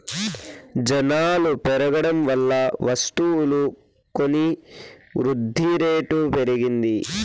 జనాలు పెరగడం వల్ల వస్తువులు కొని వృద్ధిరేటు పెరిగింది